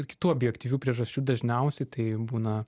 kitų objektyvių priežasčių dažniausiai tai būna